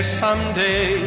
someday